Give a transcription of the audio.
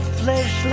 flesh